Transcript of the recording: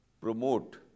promote